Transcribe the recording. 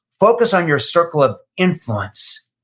focus on your circle of influence,